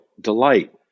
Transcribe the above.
delight